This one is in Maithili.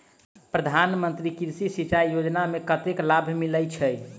प्रधान मंत्री कृषि सिंचाई योजना मे कतेक लाभ मिलय छै?